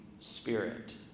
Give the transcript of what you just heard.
Spirit